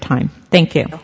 time thank you